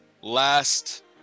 last